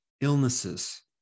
illnesses